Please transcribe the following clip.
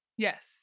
Yes